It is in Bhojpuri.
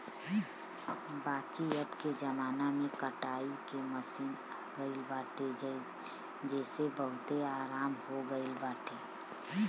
बाकी अबके जमाना में कटाई के मशीन आई गईल बाटे जेसे बहुते आराम हो गईल बाटे